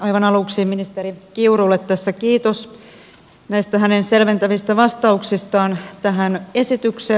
aivan aluksi ministeri kiurulle tässä kiitos näistä hänen selventävistä vastauksistaan tähän esitykseen